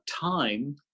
time